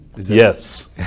Yes